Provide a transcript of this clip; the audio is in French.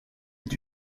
est